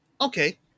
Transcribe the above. okay